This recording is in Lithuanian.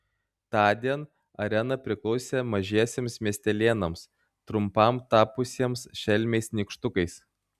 tądien arena priklausė mažiesiems miestelėnams trumpam tapusiems šelmiais nykštukais